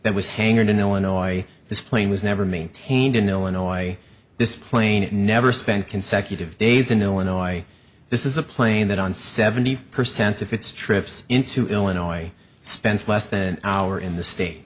that was hanged in illinois this plane was never maintained in illinois this plane never spend consecutive days in illinois this is a plane that on seventy percent of its trips into illinois spends less than an hour in the state